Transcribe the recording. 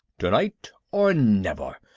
tonight or never!